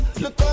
Look